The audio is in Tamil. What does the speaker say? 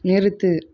நிறுத்து